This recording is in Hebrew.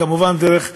כמובן דרך השרה,